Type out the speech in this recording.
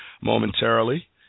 momentarily